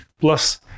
Plus